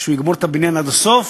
שהוא יגמור את הבניין עד הסוף,